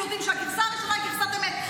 ויודעים שהגרסה הראשונה היא גרסת אמת.